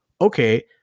okay